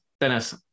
dennis